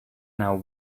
know